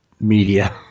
media